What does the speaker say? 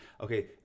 Okay